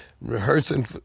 rehearsing